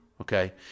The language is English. okay